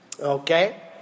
okay